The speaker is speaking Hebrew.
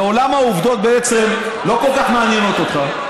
העובדות לא כל כך מעניינות אותך.